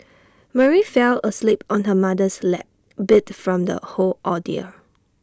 Mary fell asleep on her mother's lap beat from the whole ordeal